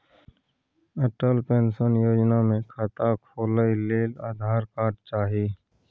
Atal pension Yojana मे खाता खोलय लेल आधार कार्ड चाही